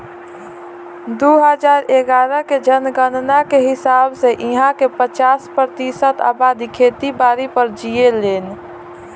दू हजार इग्यारह के जनगणना के हिसाब से इहां के पचपन प्रतिशत अबादी खेती बारी पर जीऐलेन